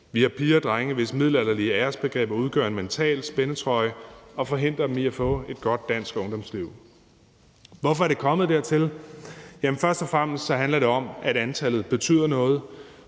Vi har piger og drenge, for hvem middelalderlige æresbegreber udgør en mental spændetrøje og forhindrer dem i at få et godt dansk ungdomsliv. Hvorfor er det kommet dertil? Først og fremmest handler det om, at antallet betyder noget.